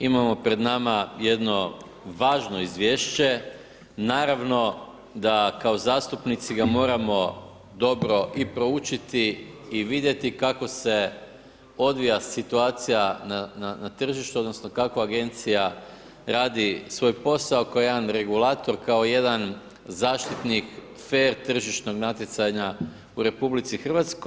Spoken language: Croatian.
Imamo pred nama jedno važno izvješće, naravno da kao zastupnici ga moramo dobro i proučiti i vidjeti kako se odvija situacija na tržištu, odnosno kako agencija radi svoj posao kao jedan regulator, kao jedan zaštitnik fer tržišnog natjecanja u RH.